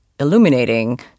illuminating